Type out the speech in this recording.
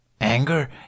Anger